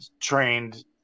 trained